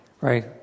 right